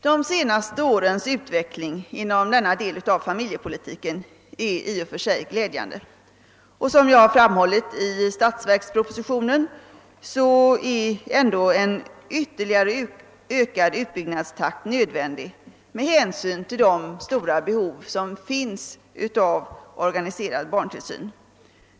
De senaste årens utveckling inom denna del av familjepolitiken är i och för sig glädjande, men som jag framhållit i statsverkspropositionen är en ytterligare ökning av utbyggnadstakten nödvändig med hänsyn till det stora behovet av organiserad barntillsyn.